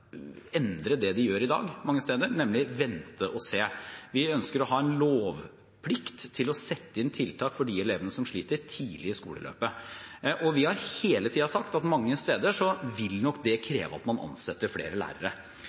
endre det de gjør i dag mange steder, nemlig vente og se. Vi ønsker å ha en lovpålagt plikt til å sette inn tiltak for de elevene som sliter, tidlig i skoleløpet. Vi har hele tiden sagt at mange steder vil nok det kreve at man ansetter flere lærere.